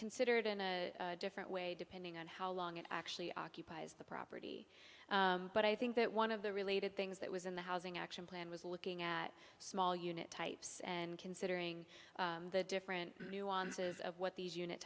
considered in a different way depending on how long it actually occupies the property but i think that one of the related things that was in the housing action plan was looking at small unit types and considering the different nuances of what these unit